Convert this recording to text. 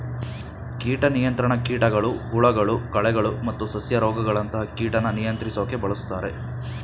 ಕೀಟ ನಿಯಂತ್ರಣ ಕೀಟಗಳು ಹುಳಗಳು ಕಳೆಗಳು ಮತ್ತು ಸಸ್ಯ ರೋಗಗಳಂತ ಕೀಟನ ನಿಯಂತ್ರಿಸೋಕೆ ಬಳುಸ್ತಾರೆ